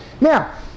Now